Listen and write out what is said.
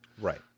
right